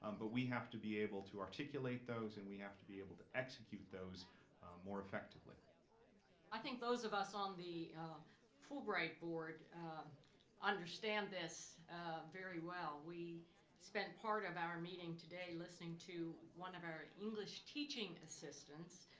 um but we have to be able to articulate those and we have to be able to execute those more effectively. ms. castor i think those of us on the fulbright board understand this very well. we spent part of our meeting today listening to one of our english teaching assistants,